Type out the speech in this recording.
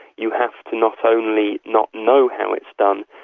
you have to not only not know how it's done,